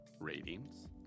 ratings